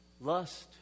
Lust